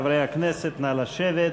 חברי הכנסת, נא לשבת.